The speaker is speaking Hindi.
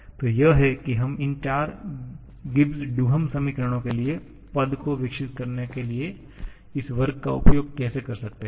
तो यह है कि हम इन चार गिब्स डुहम समीकरणों के लिए पद को विकसित करने के लिए इस वर्ग का उपयोग कैसे कर सकते हैं